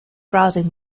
browsing